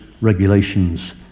regulations